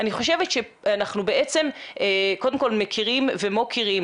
אני חושבת שאנחנו קודם כל מכירים ומוקירים